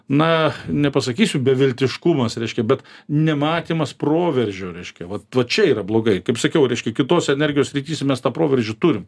na nepasakysiu beviltiškumas reiškia bet nematymas proveržio reiškia vat va čia yra blogai kaip sakiau reiškia kitos energijos srityse mes tą proveržį turim